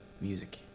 music